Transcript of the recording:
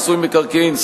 מיסוי מקרקעין,